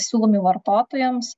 siūlomi vartotojams